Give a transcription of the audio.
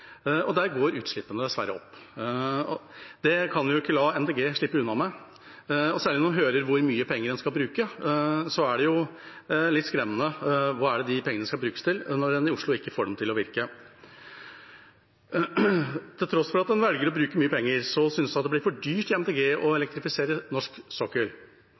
og der går utslippene dessverre opp. Det kan vi ikke la Miljøpartiet De Grønne slippe unna med. Særlig når en hører hvor mye penger en skal bruke, er det litt skremmende. Hva er det de pengene skal brukes til, når en i Oslo ikke får dem til å virke? Til tross for at en velger å bruke mye penger, synes en i Miljøpartiet De Grønne det blir for dyrt å elektrifisere norsk sokkel. Det betyr at det blir stående igjen over 150 gassturbiner på norsk sokkel